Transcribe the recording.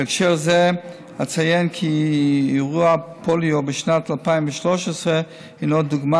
בהקשר זה אציין כי אירוע הפוליו בשנת 2013 הינו דוגמה